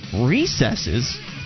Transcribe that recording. recesses